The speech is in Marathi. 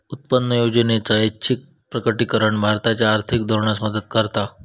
उत्पन्न योजनेचा ऐच्छिक प्रकटीकरण भारताच्या आर्थिक धोरणास मदत करता